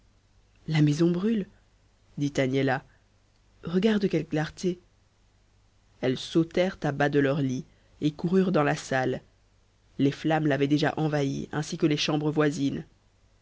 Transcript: la maison brûle dit agnella regarde quelle clarté elles sautèrent à bas de leurs lits et coururent dans la salle les flammes l'avaient déjà envahie ainsi que les chambres voisines